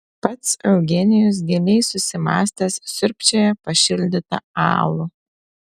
pats eugenijus giliai susimąstęs siurbčioja pašildytą alų